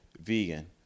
Vegan